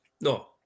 No